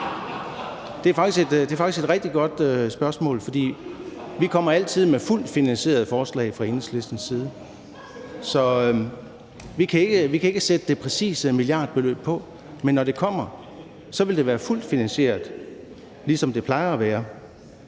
Det er faktisk et rigtig godt spørgsmål, for vi kommer fra Enhedslistens side altid med fuldt finansierede forslag. Så vi kan ikke sætte det præcise milliardbeløb på, men når det kommer, vil det være fuldt finansieret, ligesom det plejer at være.